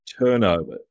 turnover